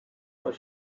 are